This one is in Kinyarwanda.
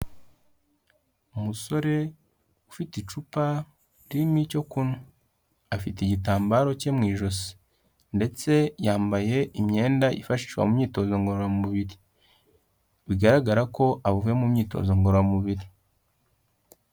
Umusore ufite icupa ririmo icyo kunywa. Afite igitambaro cye mu ijosi. Ndetse yambaye imyenda yifashashwa mu myitozo ngororamubiri. Bigaragara ko avuye mu myitozo ngororamubiri.